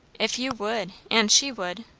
if you would and she would.